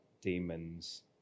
demons